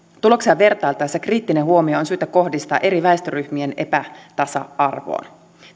tuloksia vertailtaessa kriittinen huomio on syytä kohdistaa eri väestöryhmien epätasa arvoon